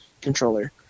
controller